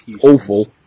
awful